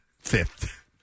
Fifth